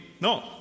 No